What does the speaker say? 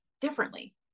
differently